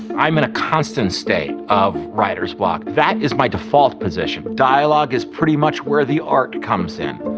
i'm in a constant state of writer's block. that is my default position. dialog is pretty much where the art comes in.